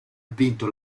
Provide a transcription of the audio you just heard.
vinto